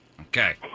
Okay